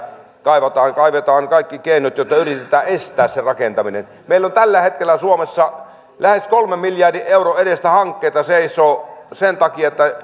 kaivetaan kaivetaan kaikki keinot jotta yritetään estää se rakentaminen meillä on tällä hetkellä suomessa lähes kolmen miljardin euron edestä hankkeita jotka seisovat sen takia että